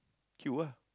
queue ah